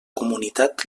comunitat